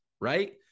right